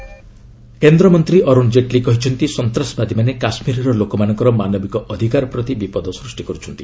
Jaitley human right କେନ୍ଦ୍ରମନ୍ତ୍ରୀ ଅରୁଣ ଜେଟଲୀ କହିଛନ୍ତି ସନ୍ତାସବାଦୀମାନେ କାଶ୍ମୀରର ଲୋକମାନଙ୍କର ମାନବିକ ଅଧିକାର ପ୍ରତି ବିପଦ ସୃଷ୍ଟି କରୁଛନ୍ତି